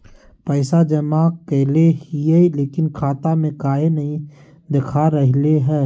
पैसा जमा कैले हिअई, लेकिन खाता में काहे नई देखा रहले हई?